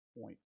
point